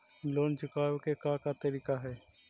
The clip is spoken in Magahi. लोन चुकावे के का का तरीका हई?